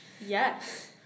Yes